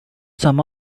some